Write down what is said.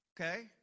Okay